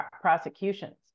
prosecutions